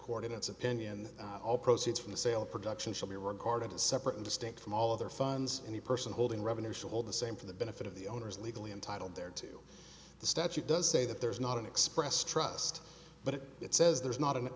its opinion all proceeds from the sale of production shall be regarded as separate and distinct from all other funds any person holding revenue should hold the same for the benefit of the owners legally entitled there to the statute does say that there's not an express trust but it says there's not an